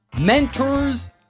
Mentors